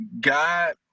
God